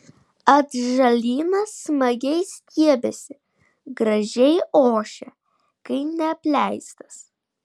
atžalynas smagiai stiebiasi gražiai ošia kai neapleistas